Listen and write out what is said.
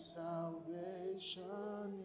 salvation